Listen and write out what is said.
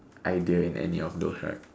idea in any of those right